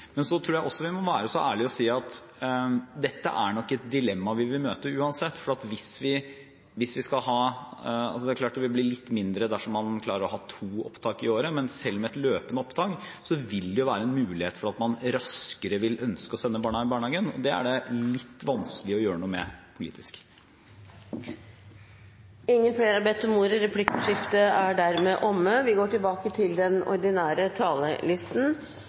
Men jeg tror også vi må være så ærlige og si at dette nok er et dilemma vi vil møte uansett. Det er klart det vil bli litt mindre dersom man klarer å ha to opptak i året, men selv med et løpende opptak vil det være en mulighet for at man raskere vil ønske å sende barna i barnehagen. Det er det litt vanskelig å gjøre noe med politisk. Replikkordskiftet er omme. De talere som heretter får ordet, har en taletid på inntil 3 minutter. Aller først må jeg si at dette er en god sak. Det må vi